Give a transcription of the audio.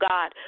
God